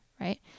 right